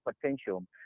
potential